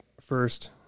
first